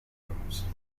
rooms